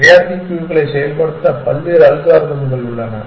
priority க்யூக்களை செயல்படுத்த பல்வேறு அல்காரிதம்கள் உள்ளன